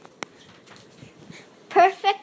Perfect